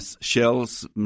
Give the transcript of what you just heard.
shells